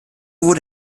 wurde